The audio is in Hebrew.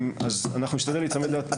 אנחנו נשתדל להיצמד לתבנית.